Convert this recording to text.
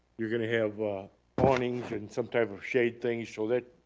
you're gonna have awnings and some type of shade things, so that,